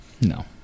No